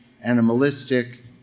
animalistic